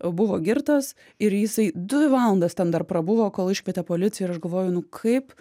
buvo girtas ir jisai dvi valandas ten dar prabuvo kol iškvietė policiją ir aš galvoju nu kaip